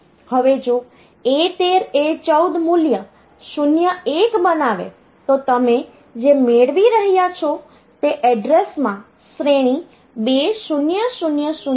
હવે જો A13 A14 મૂલ્ય 01 બનાવે તો તમે જે મેળવી રહ્યાં છો તે એડ્રેસમાં શ્રેણી 2000 થી 2FFF છે